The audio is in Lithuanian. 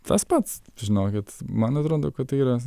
tas pats žinokit man atrodo kad tai yra